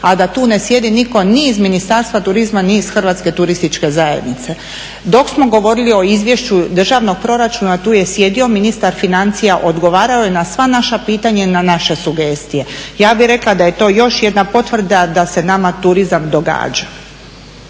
a da tu ne sjedi nitko ni iz Ministarstva turizma ni iz Hrvatske turističke zajednice. Dok smo govorili o Izvješću državnog proračuna tu je sjedio Ministar financija, odgovarao je na sva naša pitanja i na naše sugestije. Ja bih rekla da je to još jedna potvrda da se nama turizam događa.